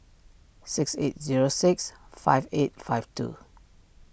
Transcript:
six eight zero six five eight five two